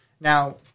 Now